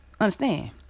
Understand